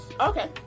Okay